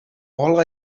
all